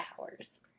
hours